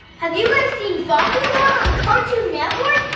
have you guys seen bakugan on on cartoon network?